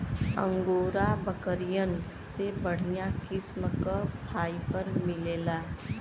angora बकरियन से बढ़िया किस्म क फाइबर मिलला